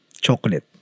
chocolate